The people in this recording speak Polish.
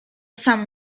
sam